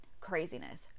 craziness